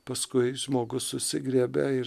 paskui žmogus susigriebia ir